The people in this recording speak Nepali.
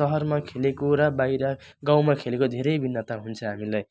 सहरमा खेलेको र बाहिर गाउँमा खेलेको धेरै भिन्नता हुन्छ हामीलाई